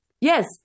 yes